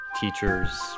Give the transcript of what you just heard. teacher's